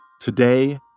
Today